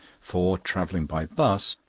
for, travelling by bus,